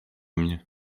mnie